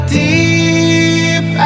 deep